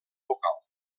vocal